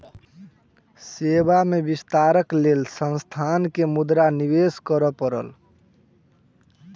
सेवा में विस्तारक लेल संस्थान के मुद्रा निवेश करअ पड़ल